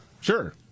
sure